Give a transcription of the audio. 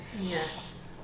Yes